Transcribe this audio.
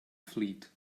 fleet